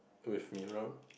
with